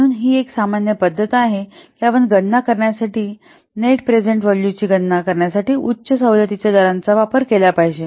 म्हणून ही एक सामान्य पद्धत आहे की आपण गणना करण्यासाठी किंवा नेट प्रेझेंट व्हॅलूची गणना करण्यासाठी उच्च सवलतीच्या दरांचा वापर केला पाहिजे